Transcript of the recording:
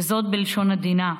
וזאת בלשון עדינה.